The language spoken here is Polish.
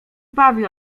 bawi